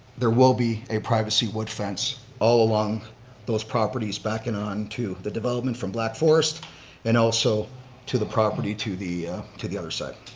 there will be a privacy wood fence all along those properties backing onto the development from black forest and also to the property to the to the other side.